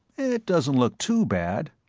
it doesn't look too bad.